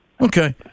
Okay